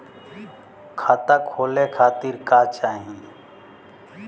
खाता खोले खातीर का चाहे ला?